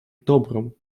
dobrą